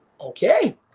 Okay